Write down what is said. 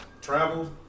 travel